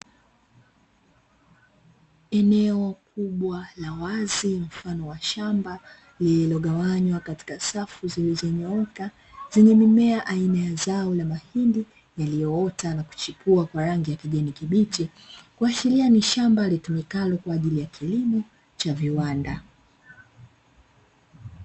Eneo kubwa la wazi mfano wa shamba, lililogawanywa katika safu zilizonyooka zina mimea aina ya zao ya mahindi yaliyoota na kuchipua kwa rangi ya kijani kibichi, kuashiria ni shamba litumikalo kwaajili ya kilimo cha viwanda.